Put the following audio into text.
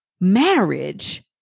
marriage